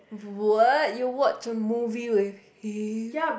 what you watch a movie with him